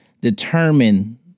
determine